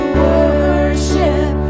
worship